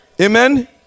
amen